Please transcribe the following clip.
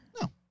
No